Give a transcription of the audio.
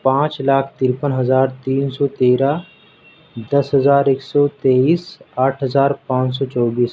پانچ لاکھ ترپن ہزار تین سو تیرہ دس ہزار ایک سو تیئیس آٹھ ہزار پانچ سو چوبیس